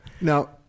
Now